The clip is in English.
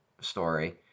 story